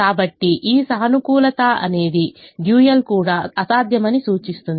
కాబట్టి ఈ సానుకూలత అనేది డ్యూయల్ కూడా అసాధ్యమని సూచిస్తుంది